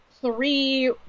three